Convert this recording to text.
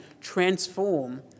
transform